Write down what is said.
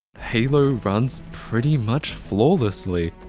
halo runs pretty much flawlessly.